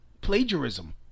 plagiarism